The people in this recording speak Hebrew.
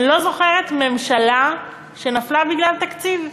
אני לא זוכרת ממשלה שנפלה בגלל תקציב.